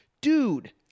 Dude